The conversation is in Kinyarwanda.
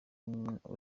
munsi